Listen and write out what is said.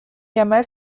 gamma